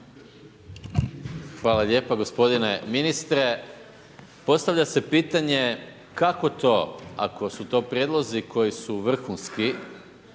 Hvala lijepa. Gospodine ministre, postavlja se pitanje, kako to ako su to prijedlozi koji su vrhunski